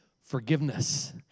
forgiveness